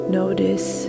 notice